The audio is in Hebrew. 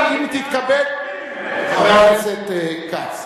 חבר הכנסת כץ,